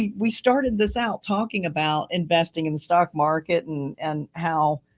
we started this out talking about investing in the stock market and and how,